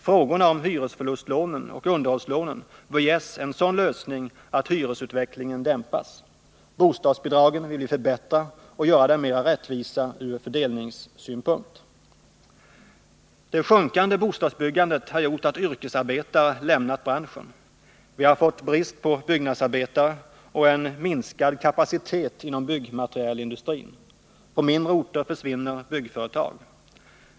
Frågorna om hyresförlustlånen och underhållslånen bör ges en sådan lösning att hyresutvecklingen dämpas. Bostadsbidragen vill vi förbättra och göra mera rättvisa ur fördelningssynpunkt. Det minskande bostadsbyggandet har gjort att yrkesarbetare lämnat branschen. Vi har fått brist på byggnadsarbetare och en minskad kapacitet inom byggmaterielindustrin. På mindre orter försvinner byggföretag.